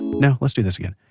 no lets do this again,